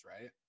right